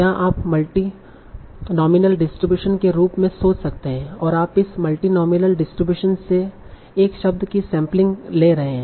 यहाँ आप multinomial distribution के रूप में सोच सकते हैं और आप इस मल्टीनोमिअल डिस्ट्रीब्यूशन से एक शब्द की सैंपलिंग ले रहे हैं